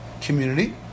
community